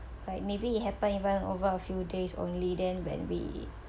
like maybe it happen even over a few days only then when we